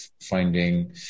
finding